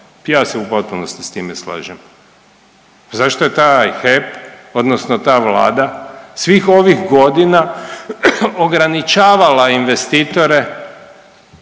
Ja se u potpunosti s time slažem. Zašto je taj HEP odnosno ta Vlada svih ovih godina ograničavala investitore